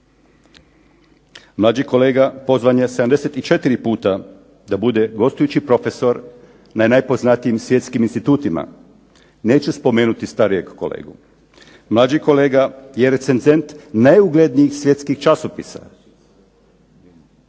Mlađi kolega pozvan je 74 puta da bude gostujući profesor na najpoznatijim svjetskim institutima. Neću spomenuti starijeg kolegu. Mlađi kolega je recenzent najuglednijih svjetskih časopisa.